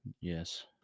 Yes